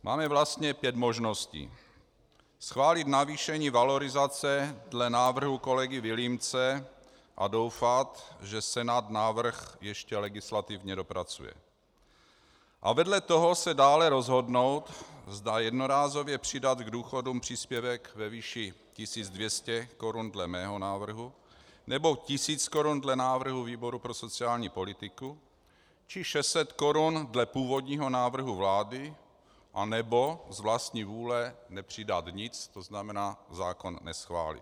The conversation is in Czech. Máme vlastně pět možností schválit navýšení valorizace dle návrhu kolegy Vilímce a doufat, že Senát návrh ještě legislativně dopracuje, a vedle toho se dále rozhodnout, zda jednorázově přidat k důchodům příspěvek ve výši 1 200 korun dle mého návrhu, nebo 1 000 korun dle návrhu výboru pro sociální politiku, či 600 korun dle původního návrhu vlády, anebo z vlastní vůle nepřidat nic, to znamená zákon neschválit.